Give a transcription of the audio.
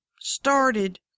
started